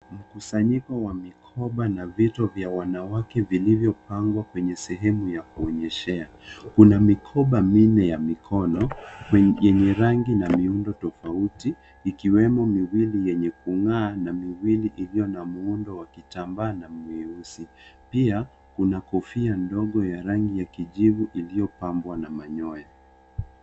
Mkusanyiko wa mikoba na vitu vya wanawake vilivyopangwa kwenye sehemu ya kuonyeshea. Kuna mikoba minne ya mikono yenye rangi na miundo tofauti ikiwemo miwili yenye kung'aa na miwili iliyo na muundo wa kitambaa na mieusi, pia kuna kofia ndogo ya rangi ya kijivu iliyopambwa na manyoya.